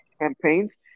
campaigns